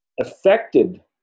affected